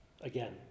again